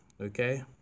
okay